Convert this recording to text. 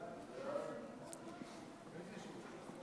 חוק